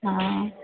हा